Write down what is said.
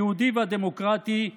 היהודי והדמוקרטי,